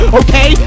okay